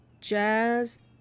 jazz